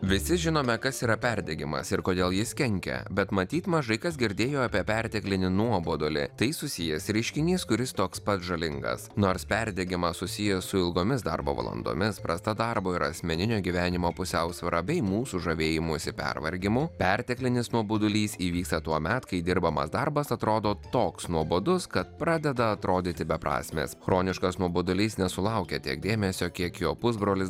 visi žinome kas yra perdegimas ir kodėl jis kenkia bet matyt mažai kas girdėjo apie perteklinį nuobodulį tai susijęs reiškinys kuris toks pat žalingas nors perdegimas susijęs su ilgomis darbo valandomis prasta darbo ir asmeninio gyvenimo pusiausvyra bei mūsų žavėjimusi pervargimu perteklinis nuobodulys įvyksta tuomet kai dirbamas darbas atrodo toks nuobodus kad pradeda atrodyti beprasmis chroniškas nuobodulys nesulaukia tiek dėmesio kiek jo pusbrolis